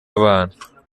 abana